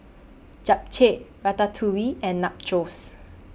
Japchae Ratatouille and Nachos